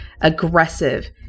aggressive